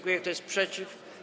Kto jest przeciw?